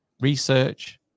research